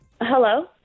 Hello